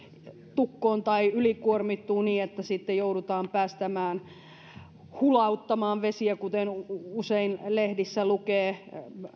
tukkoon tai ylikuormittuu niin että sitten joudutaan päästämään vesiä hulauttamaan kuten usein lehdissä lukee